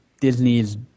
Disney's